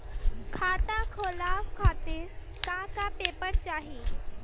खाता खोलवाव खातिर का का पेपर चाही?